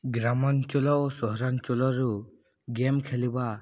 ଗ୍ରାମାଞ୍ଚଳ ଓ ସହରାଞ୍ଚଳରୁ ଗେମ୍ ଖେଳିବା